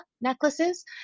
necklaces